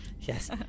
Yes